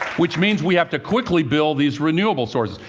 which means we have to quickly build these renewable sources.